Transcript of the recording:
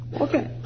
Okay